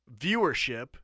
viewership